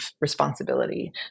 responsibility